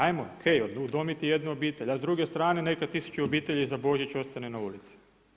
Ajmo o.k. udomiti jednu obitelj, a s druge strane neka tisuću obitelji za Božić ostane na ulici.